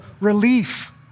relief